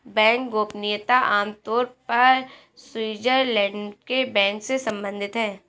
bank गोपनीयता आम तौर पर स्विटज़रलैंड के बैंक से सम्बंधित है